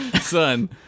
Son